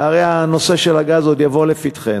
והרי הנושא של הגז עוד יבוא לפתחנו,